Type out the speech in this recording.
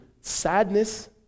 sadness